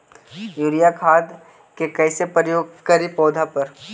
Urea खाद के कैसे प्रयोग करि पौधा पर?